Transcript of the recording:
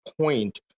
point